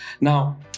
Now